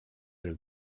are